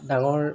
ডাঙৰ